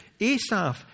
Asaph